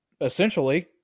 essentially